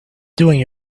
doing